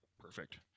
perfect